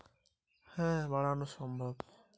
ঝর্না সেচ পদ্ধতিতে কি শস্যের উৎপাদন বাড়ানো সম্ভব?